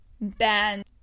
band